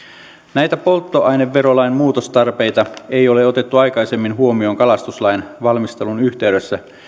näitä polttoaineverolain muutostarpeita ei ole otettu aikaisemmin huomioon kalastuslain valmistelun yhteydessä